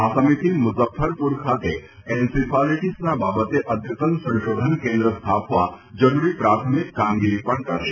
આ સમિતી મુજફફરપુર ખાતે એન્સીફાલીટીસ બાબતે અઘતન સંશોધન કેન્દ્ર સ્થાપવા જરૂરી પ્રાથમિક કામગીરી પણ કરશે